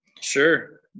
Sure